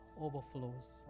Overflows